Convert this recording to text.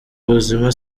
buzima